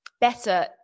better